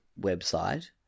website